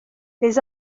les